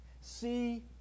see